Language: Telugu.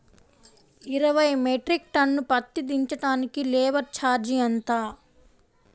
ఇరవై మెట్రిక్ టన్ను పత్తి దించటానికి లేబర్ ఛార్జీ ఎంత?